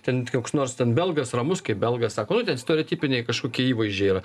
ten koks nors ten belgas ramus kaip belgas sako nu ten stereotipiai kažkokie įvaizdžiai yra